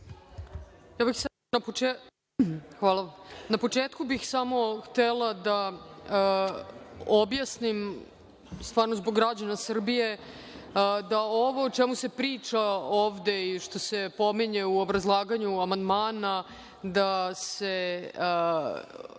početku bih samo htela da objasnim, zbog građana Srbije, da ovo o čemu se priča ovde i što se pominje u obrazlaganju amandmana, da se